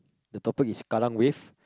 the topic is kallang Wave